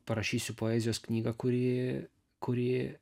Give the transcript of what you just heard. parašysiu poezijos knygą kuri kuri